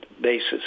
basis